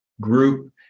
group